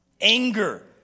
Anger